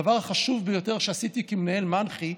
הדבר החשוב ביותר שעשיתי כמנהל מנח"י,